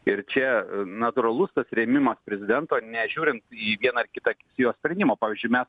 ir čia natūralus tas rėmimas prezidento nežiūrint į vieną ar kitą jo sprendimą pavyzdžiui mes